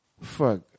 Fuck